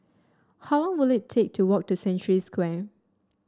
how long will it take to walk to Century Square